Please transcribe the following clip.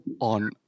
on